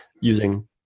using